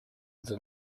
under